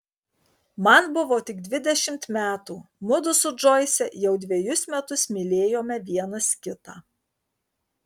man buvo tik dvidešimt metų mudu su džoise jau dvejus metus mylėjome vienas kitą